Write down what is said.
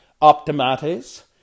optimates